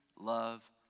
love